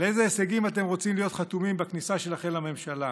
על איזה הישגים אתם רוצים להיות חתומים בכניסה שלכם לממשלה?